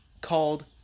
called